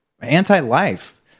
anti-life